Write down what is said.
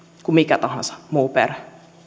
kuin mikä tahansa muu perhe